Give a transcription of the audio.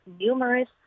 Numerous